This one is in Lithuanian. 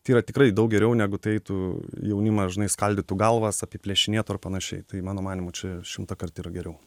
tai yra tikrai daug geriau negu tai tu jaunimas žinai skaldytų galvas apiplėšinėtų ar panašiai tai mano manymu čia šimtąkart yra geriau